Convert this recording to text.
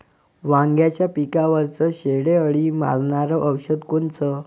वांग्याच्या पिकावरचं शेंडे अळी मारनारं औषध कोनचं?